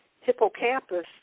hippocampus